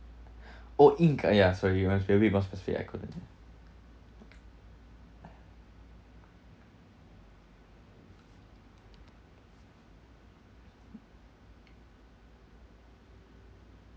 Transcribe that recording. oh in uh ya sorry my must perfect I couldn't